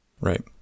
Right